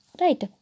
Right